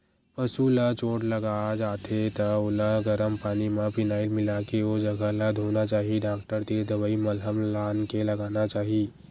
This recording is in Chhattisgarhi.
पसु ल चोट लाग जाथे त ओला गरम पानी म फिनाईल मिलाके ओ जघा ल धोना चाही डॉक्टर तीर दवई मलहम लानके लगाना चाही